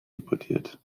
deportiert